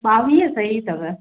ॿावीह सही अथव